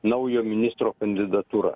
naujo ministro kandidatūra